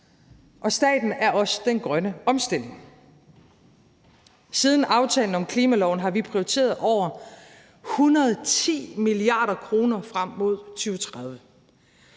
og staten er også den grønne omstilling. Siden aftalen om klimaloven har vi prioriteret over 110 mia. kr. frem mod 2030